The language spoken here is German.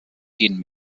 gehen